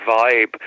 vibe